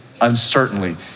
uncertainly